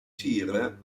tiere